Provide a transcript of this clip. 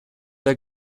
der